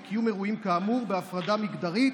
או קיום אירועים כאמור בהפרדה מגדרית,